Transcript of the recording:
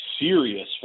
serious